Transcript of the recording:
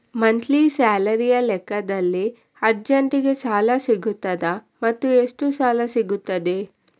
Monthly ಸ್ಯಾಲರಿಯ ಲೆಕ್ಕದಲ್ಲಿ ಅರ್ಜೆಂಟಿಗೆ ಸಾಲ ಸಿಗುತ್ತದಾ ಮತ್ತುಎಷ್ಟು ಸಿಗುತ್ತದೆ?